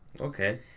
Okay